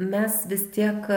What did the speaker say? mes vis tiek